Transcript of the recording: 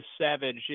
savage